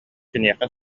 киниэхэ